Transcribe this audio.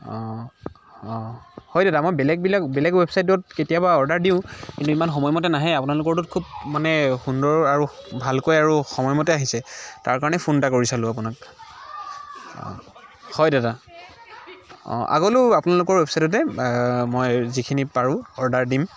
অঁ অঁ হয় দাদা মই বেলেগ বেলেগ বেলেগ ৱেবছাইটত কেতিয়াবা অৰ্ডাৰ দিওঁ কিন্তু ইমান সময়মতে নাহে আপোনালোকৰটোত খুব মানে সুন্দৰ আৰু ভালকৈ আৰু সময়মতে আহিছে তাৰকাৰণে ফোন এটা কৰি চালোঁ আপোনাক অঁ হয় দাদা অঁ আগলৈও আপোনালোকৰ ৱেবছাইটতে মই যিখিনি পাৰোঁ অৰ্ডাৰ দিম